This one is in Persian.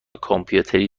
کامپیوتری